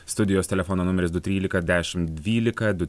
studijos telefono numeris du trylika dešim dvylika du